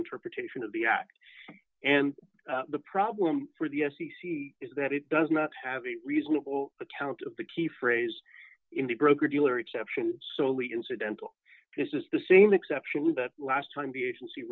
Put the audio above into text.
interpretation of the act and the problem for the f c c is that it does not have a reasonable account of the key phrase in the broker dealer exception solely incidental this is the same exception to that last time the agency